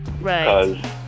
right